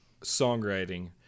songwriting